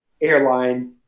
airline